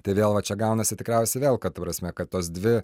tai vėl va čia gaunasi tikriausiai vėl kad ta prasme kad tos dvi